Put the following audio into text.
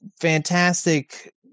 fantastic